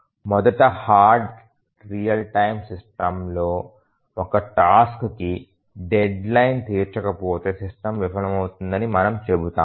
మొదట hard real time system లో ఒక టాస్క్ కి డెడ్ లైన్ తీర్చకపోతే సిస్టమ్ విఫలమైందని మనము చెబుతాము